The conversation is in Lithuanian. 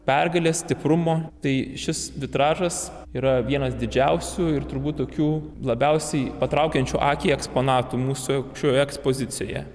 pergalės stiprumo tai šis vitražas yra vienas didžiausių ir turbūt tokių labiausiai patraukiančių akį eksponatų mūsų šioje ekspozicijoje